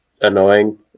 annoying